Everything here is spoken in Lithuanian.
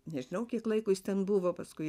nežinau kiek laiko jis ten buvo paskui